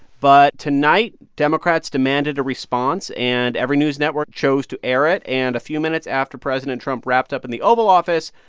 but tonight, democrats demanded a response, and every news network chose to air it. and a few minutes after president trump wrapped up in the oval office,